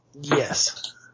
Yes